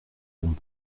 vont